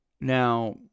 Now